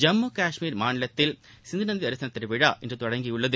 ஜம்மு காஷ்மீர் மாநிலத்தில் சிந்து நதி தரிசனத் திருவிழா தொடங்கியுள்ளது